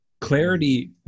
Clarity